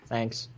Thanks